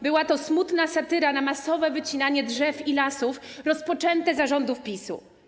Była to smutna satyra na masowe wycinanie drzew i lasów rozpoczęte za rządów PiS-u.